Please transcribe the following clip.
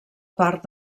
part